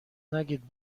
نگید